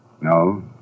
No